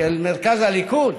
של מרכז הליכוד,